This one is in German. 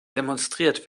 demonstriert